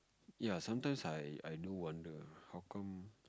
ya sometimes I I do wonder how come